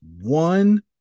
one